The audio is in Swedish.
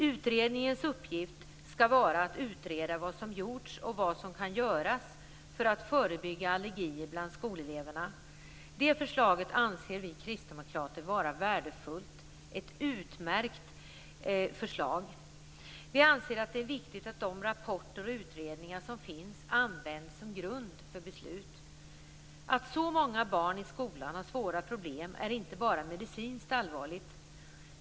Utredningens uppgift skall vara att utreda vad som gjorts och vad som kan göras för att förebygga allergier bland skoleleverna. Vi kristdemokrater anser att det förslaget är värdefullt. Det är ett utmärkt förslag. Vi anser att det är viktigt att de rapporter och utredningar som finns används som grund för beslut. Att så många barn i skolan har svåra problem är inte bara medicinskt allvarligt.